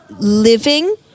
living